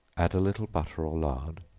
add a little butter or lard,